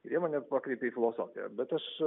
ir jie mane pakreipė į filosofiją bet aš